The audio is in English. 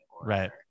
right